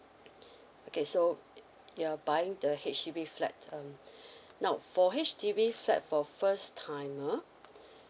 okay so you're buying the H_D_B flat um now for H_D_B flat for first timer